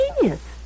genius